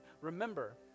remember